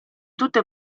tutte